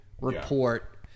report